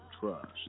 trust